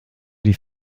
die